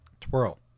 Twirl